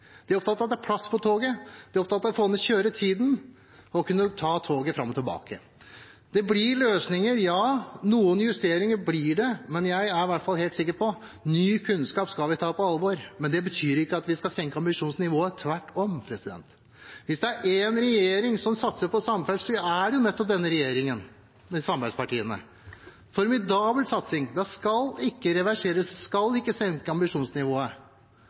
De er opptatt av at det er plass på toget. De er opptatt av å få ned kjøretiden og kunne ta toget fram og tilbake. Det blir løsninger. Ja, noen justeringer blir det. Jeg er i hvert fall helt sikker på at ny kunnskap skal vi ta på alvor, men det betyr ikke at vi skal senke ambisjonsnivået – tvert om. Hvis det er én regjering som satser på samferdsel, er det nettopp denne regjeringen, med samarbeidspartiene. Det er en formidabel satsing. Det skal ikke reverseres. Vi skal ikke senke ambisjonsnivået,